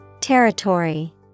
Territory